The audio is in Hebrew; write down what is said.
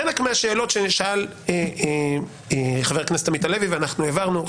חלק מהשאלות ששאל חבר הכנסת עמית הלוי, העברנו.